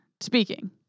speaking